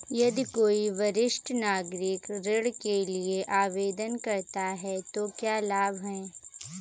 यदि कोई वरिष्ठ नागरिक ऋण के लिए आवेदन करता है तो क्या लाभ हैं?